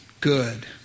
good